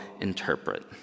interpret